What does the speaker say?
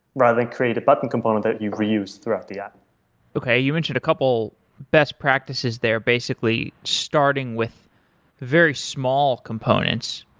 rather than create a button component that you reuse throughout the app okay. you mentioned a couple best practices there basically, starting with very small components.